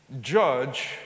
judge